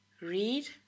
read